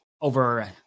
over